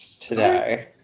today